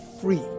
free